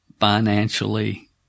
Financially